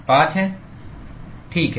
5 हैं ठीक है